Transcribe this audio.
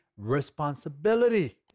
responsibility